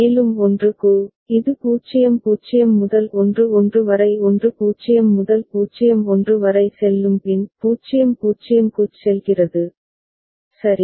மேலும் 1 க்கு இது 0 0 முதல் 1 1 வரை 1 0 முதல் 0 1 வரை செல்லும் பின் 0 0 க்குச் செல்கிறது சரி